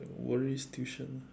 worries tuition